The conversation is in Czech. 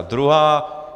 Druhá.